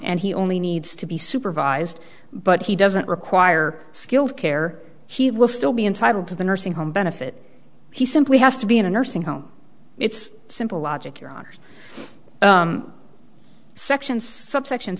and he only needs to be supervised but he doesn't require skilled care he will still be entitled to the nursing home benefit he simply has to be in a nursing home it's simple logic your honour's section subsection